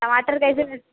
टमाटर कैसे